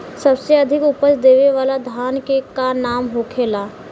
सबसे अधिक उपज देवे वाला धान के का नाम होखे ला?